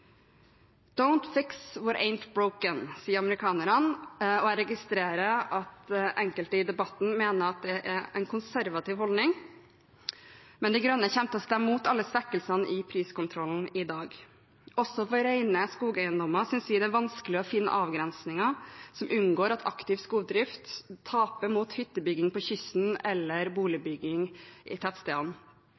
sier amerikanerne, og jeg registrerer at enkelte i debatten mener det er en konservativ holdning. De Grønne kommer til å stemme mot alle svekkelsene av priskontrollen i dag. Også for rene skogeiendommer synes vi det er vanskelig å finne avgrensninger der en unngår at aktiv skogdrift taper mot hyttebygging på kysten eller boligbygging på tettstedene.